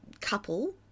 couple